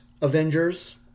Avengers